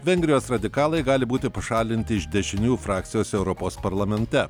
vengrijos radikalai gali būti pašalinti iš dešiniųjų frakcijos europos parlamente